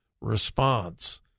response